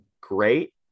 great